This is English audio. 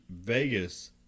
Vegas